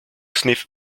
sniff